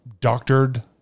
doctored